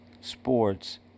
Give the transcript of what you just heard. sports